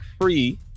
free